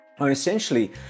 Essentially